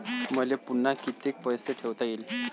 मले पुन्हा कितीक पैसे ठेवता येईन?